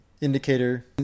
indicator